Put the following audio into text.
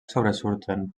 sobresurten